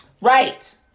Right